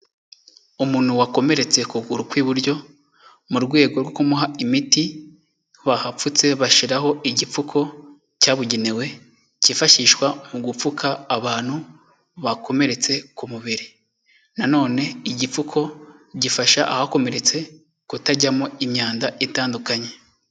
Umuntu wakomeretse ukuguru kw'iburyo mu rwego rwo kumuha imiti bahapfutse bashiraho igipfuko cyabugenewe kifashishwa mu gupfuka abantu bakomeretse ku mubiri. Nanone igipfuko gifasha ahakomeretse kutajyamo imyanda itandukanye.